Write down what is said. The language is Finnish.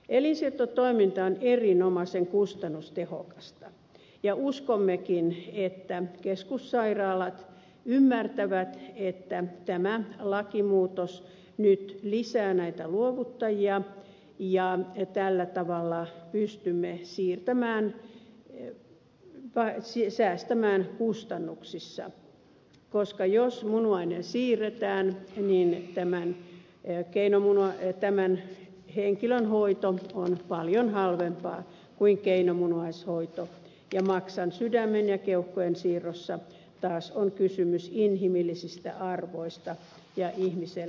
elinsiirtotoiminta on erinomaisen kustannustehokasta ja uskommekin että keskussairaalat ymmärtävät että tämä lakimuutos nyt lisää näitä luovuttajia ja tällä tavalla pystymme säästämään kustannuksissa koska jos munuainen siirretään niin tämän henkilön hoito on paljon halvempaa kuin keinomunuaishoito ja maksan sydämen ja keuhkojen siirrossa taas on kysymys inhimillisistä arvoista ja ihmiselämästä